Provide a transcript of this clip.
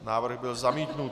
Návrh byl zamítnut.